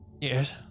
Yes